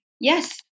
Yes